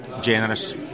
generous